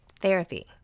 Therapy